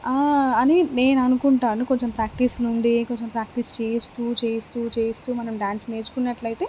అని నేననుకుంటాను కొంచెం ప్రాక్టీస్ నుండి కొంచెం ప్రాక్టీస్ చేస్తూ చేస్తూ చేస్తూ మనం డాన్స్ నేర్చుకున్నట్లైతే